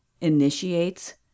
initiates